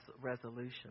resolution